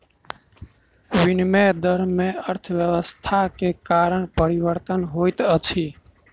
विनिमय दर में अर्थव्यवस्था के कारण परिवर्तन होइत अछि